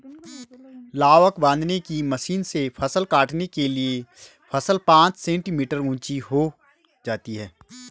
लावक बांधने की मशीन से फसल काटने के लिए फसल पांच सेंटीमीटर ऊंची हो